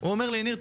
הוא אמר לי: ניר,